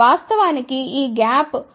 వాస్తవానికి ఈ గ్యాప్ 0